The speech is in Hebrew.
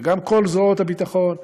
וגם כל זרועות הביטחון והשב"כ,